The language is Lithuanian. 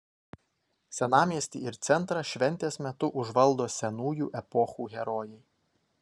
senamiestį ir centrą šventės metu užvaldo senųjų epochų herojai